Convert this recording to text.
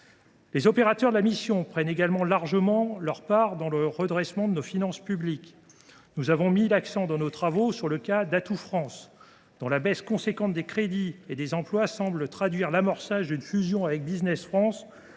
Les opérateurs de la mission prennent également largement leur part dans le redressement de nos finances publiques. Nous avons mis l’accent, dans nos travaux, sur le cas d’Atout France, dont la baisse importante des crédits et des emplois semble traduire l’amorce de la fusion avec Business France